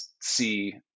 see